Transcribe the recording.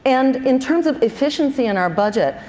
and in terms of efficiency in our budget,